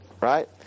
right